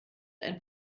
ein